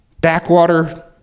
backwater